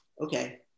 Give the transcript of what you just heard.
okay